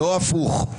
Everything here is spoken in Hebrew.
לא הפוך.